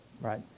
right